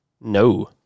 No